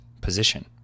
position